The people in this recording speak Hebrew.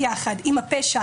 ביחד עם הפשע,